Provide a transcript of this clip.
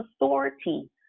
authority